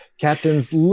Captain's